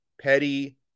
petty